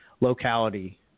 locality